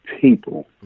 people